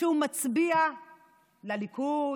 שהוא מצביע לליכוד,